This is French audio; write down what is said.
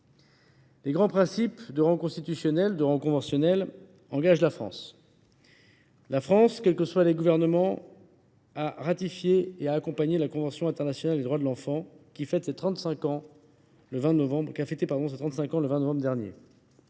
Les grands principes de rang constitutionnel et conventionnel engagent la France. Quel que soit le gouvernement en place, la France a ratifié et a accompagné la Convention internationale des droits de l’enfant (CIDE) qui a fêté ses 35 ans le 20 novembre dernier.